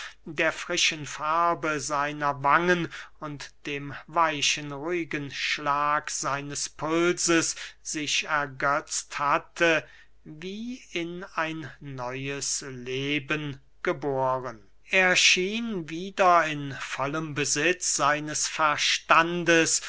der frischen farbe seiner wangen und dem weichen ruhigen schlag seines pulses sich ergetzt hatte wie in ein neues leben geboren er schien wieder in vollem besitz seines verstandes